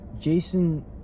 Jason